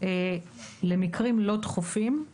למקרים לא דחופים,